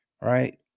Right